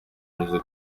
unyuze